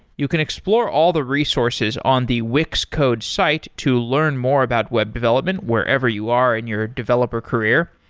you can explore all the resources on the wix code's site to learn more about web development wherever you are in your developer career.